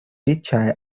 retired